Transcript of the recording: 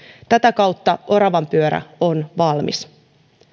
tätä kautta oravanpyörä on valmis